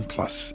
Plus